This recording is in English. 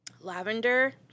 Lavender